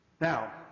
Now